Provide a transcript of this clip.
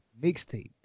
mixtape